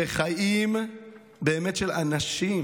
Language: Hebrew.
שחיים באמת של אנשים,